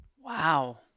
Wow